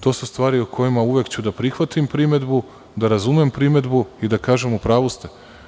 To su stvari o kojima uvek ću da prihvatim primedbu, da razumem primedbu i da kažemo u pravu ste.